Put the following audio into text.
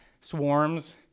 swarms